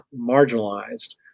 marginalized